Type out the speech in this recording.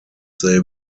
they